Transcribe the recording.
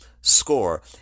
score